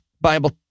Bible